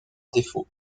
défaut